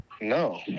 No